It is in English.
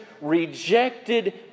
rejected